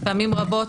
פעמים רבות,